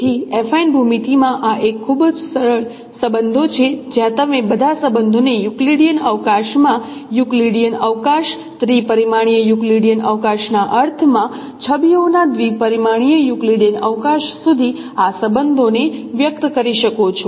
તેથી એફાઇન ભૂમિતિમાં આ એક ખૂબ જ સરળ સંબંધો છે જ્યાં તમે બધા સંબંધોને યુક્લિડિયન અવકાશના અર્થમાં યુક્લિડિયન અવકાશ ત્રિ પરિમાણીય યુક્લિડિયન અવકાશના અર્થમાં છબીઓના દ્વિપરિમાણીય યુક્લિડિઅન અવકાશ સુધી આ સંબંધોને વ્યક્ત કરી શકો છો